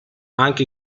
anche